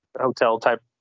hotel-type